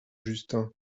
justin